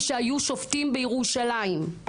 ושהיו שופטים בירושלים.